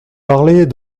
parlez